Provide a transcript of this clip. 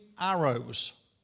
arrows